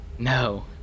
no